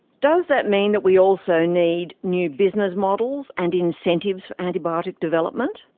does that mean that we also need new business models and incentives for antibiotic development?